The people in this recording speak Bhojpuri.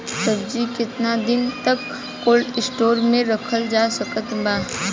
सब्जी केतना दिन तक कोल्ड स्टोर मे रखल जा सकत बा?